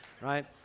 Right